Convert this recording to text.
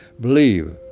believe